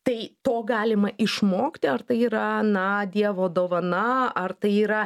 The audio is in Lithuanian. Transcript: tai to galima išmokti ar tai yra na dievo dovana ar tai yra